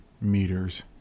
meters